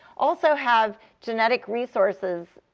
also have genetic resources,